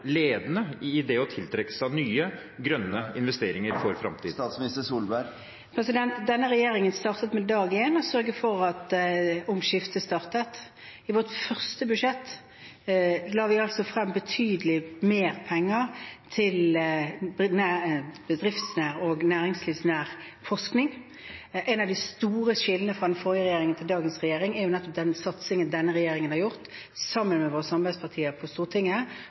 ledende i å tiltrekke seg nye grønne investeringer for framtiden? Denne regjeringen startet fra dag én med å sørge for at omskiftet startet. I vårt første budsjett la vi frem betydelig mer penger til bedriftsnær og næringslivsnær forskning. Et av de store skillene fra den forrige regjeringen til dagens regjering er nettopp denne satsingen som denne regjeringen har foretatt, sammen med våre samarbeidspartier på Stortinget,